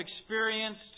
experienced